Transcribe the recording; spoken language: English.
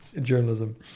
journalism